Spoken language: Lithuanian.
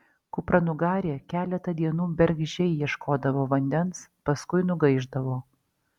kupranugarė keletą dienų bergždžiai ieškodavo vandens paskui nugaišdavo